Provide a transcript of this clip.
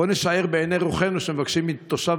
בואו נשער בעיני רוחנו שמבקשים מתושב